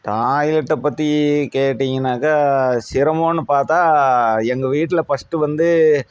டாய்லெட்டை பற்றி கேட்டிங்கனாக்க சிரமனு பார்த்தா எங்கள் வீட்டில் ஃபஸ்ட்டு வந்து